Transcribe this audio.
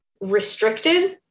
restricted